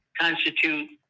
constitute